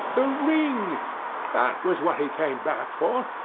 the ring that was what he came back for.